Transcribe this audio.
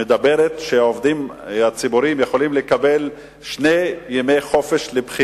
מדבר על כך שעובדי המגזר הציבורי יכולים לקבל שני ימי חופש בתשלום,